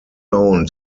owned